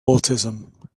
autism